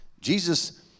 Jesus